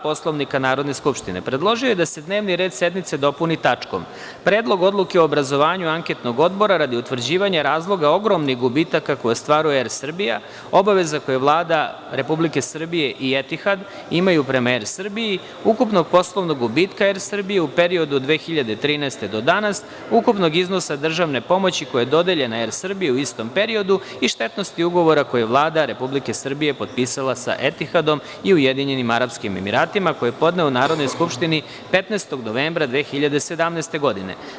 Poslovnika Narodne skupštine, predložio je da se dnevni red sednice dopuni tačkom – Predlog odluke o obrazovanju anketnog odbora radi utvrđivanja razloga ogromnih gubitaka koje ostvaruje „Er Srbija“, obaveza koje Vlada Republike Srbije i „Etihad“ imaju prema „Er Srbiji“, ukupnog poslovnog gubitka „Er Srbije“ u periodu od 2013. godine do danas, ukupnog iznosa državne pomoći koja je dodeljena „Er Srbiji“ u istom periodu i štetnosti ugovora koji je Vlada Republike Srbije potpisala sa „Etihadom“ i Ujedinjenim Arapskim Emiratima, koji je podneo Narodnoj skupštini 15. novembra 2017. godine.